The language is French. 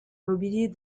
mobilier